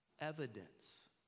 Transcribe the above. evidence